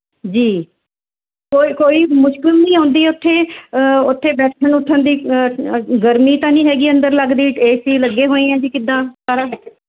ਜੀ ਹੋਰ ਕੋਈ ਮੁਸ਼ਕਲ ਨਹੀਂ ਆਉਂਦੀ ਉੱਥੇ ਉੱਥੇ ਬੈਠਣ ਉੱਠਣ ਦੀ ਗਰਮੀ ਤਾਂ ਨਹੀਂ ਹੈਗੀ ਅੰਦਰ ਲੱਗਦੀ ਏ ਸੀ ਲੱਗੇ ਹੋਏ ਹੈ ਜੀ ਕਿੱਦਾਂ ਸਾਰਾ